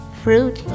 fruit